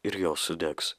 ir jos sudegs